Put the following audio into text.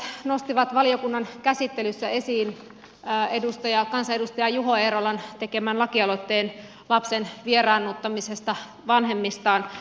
perussuomalaiset nostivat valiokunnan käsittelyssä esiin kansanedustaja juho eerolan tekemän lakialoitteen lapsen vieraannuttamisesta vanhemmistaan